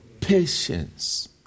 patience